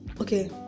Okay